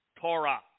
Torah